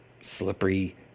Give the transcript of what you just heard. slippery